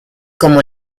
como